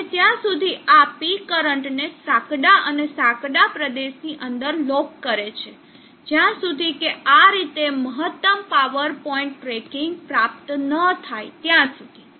અને ત્યાં સુધી આ P કરંટને સાંકડા અને સાંકડા પ્રદેશની અંદર લોક કરે છે જ્યાં સુધી કે આ રીતે મહત્તમ પાવર પોઇન્ટ ટ્રેકિંગ પ્રાપ્ત ન થાય ત્યાં સુધી